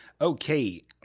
Okay